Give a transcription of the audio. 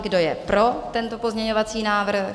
Kdo je pro tento pozměňovací návrh?